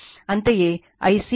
ಅಂತೆಯೇ Ic Ia ಕೋನ 120o ಅದು 297